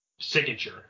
signature